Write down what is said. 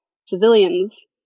civilians